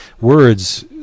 words